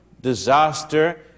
disaster